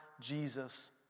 Jesus